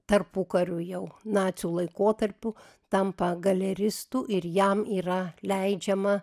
tarpukariu jau nacių laikotarpiu tampa galeristu ir jam yra leidžiama